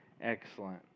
Excellent